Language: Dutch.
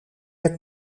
het